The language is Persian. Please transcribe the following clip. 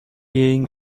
این